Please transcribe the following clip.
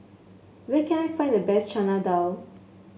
where can I find the best Chana Dal